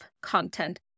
content